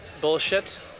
bullshit